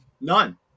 None